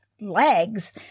legs